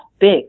big